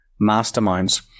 Masterminds